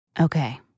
Okay